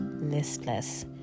listless